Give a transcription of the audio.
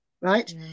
right